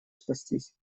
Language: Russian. спастись